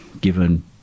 given